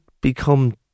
become